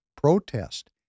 protest